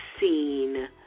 seen